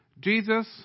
Jesus